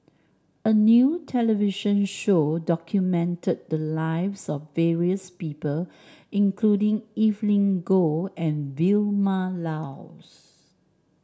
a new television show documented the lives of various people including Evelyn Goh and Vilma Laus